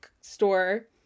store